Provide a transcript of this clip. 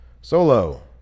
Solo